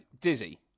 Dizzy